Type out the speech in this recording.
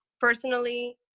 Personally